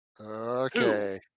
Okay